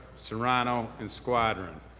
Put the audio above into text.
serrano, and squadron.